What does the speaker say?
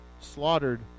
slaughtered